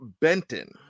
Benton